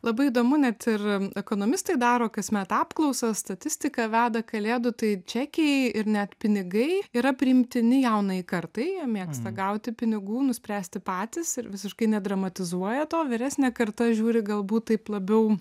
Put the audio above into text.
labai įdomu net ir ekonomistai daro kasmet apklausas statistiką veda kalėdų tai čekiai ir net pinigai yra priimtini jaunajai kartai jie mėgsta gauti pinigų nuspręsti patys ir visiškai nedramatizuoja to vyresnė karta žiūri galbūt taip labiau